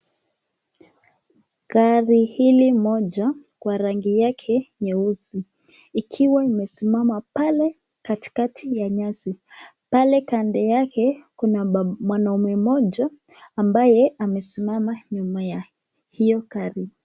Gari hili moja kwa rangi yake nyeusi ikiwa imesimama pale katikati ya nyasi. Pale kando yake kuna mwanaume mmoja ambaye amesimama nyuma ya hiyo gari.